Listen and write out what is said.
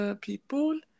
people